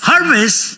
Harvest